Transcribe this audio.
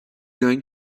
going